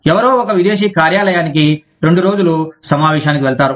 ఎవరో ఒక విదేశీ కార్యాలయానికి రెండు రోజులు సమావేశానికి వెళతారు